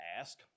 ask